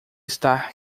estar